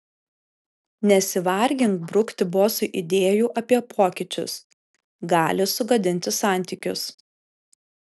nesivargink brukti bosui idėjų apie pokyčius gali sugadinti santykius